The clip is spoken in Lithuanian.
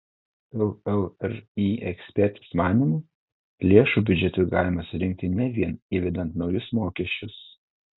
llri ekspertės manymu lėšų biudžetui galima surinkti ne vien įvedant naujus mokesčius